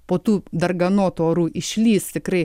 po tų darganotų orų išlįs tikrai